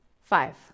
Five